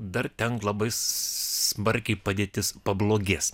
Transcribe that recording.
dar ten labai smarkiai padėtis pablogės